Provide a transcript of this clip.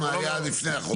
תתחיל מה היה לפני החוק.